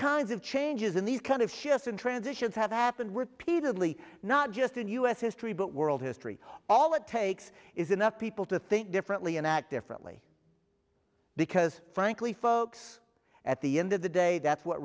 kinds of changes in these kind of shearson transitions have happened repeatedly not just in u s history but world history all it takes is enough people to think differently and act differently because frankly folks at the end of the day that's what